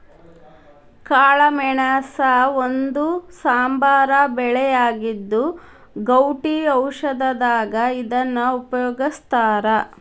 ಕಾಳಮೆಣಸ ಒಂದು ಸಾಂಬಾರ ಬೆಳೆಯಾಗಿದ್ದು, ಗೌಟಿ ಔಷಧದಾಗ ಇದನ್ನ ಉಪಯೋಗಸ್ತಾರ